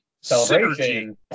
Celebration